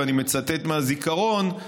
ואני מצטט מהזיכרון,